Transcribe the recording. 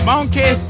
monkey